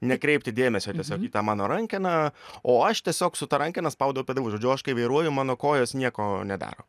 nekreipti dėmesio tiesiog į tą mano rankeną o aš tiesiog su ta rankena spaudau pedalus žodžiu aš kai vairuoju mano kojos nieko nedaro